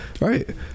right